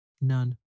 None